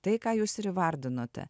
tai ką jūs ir įvardinote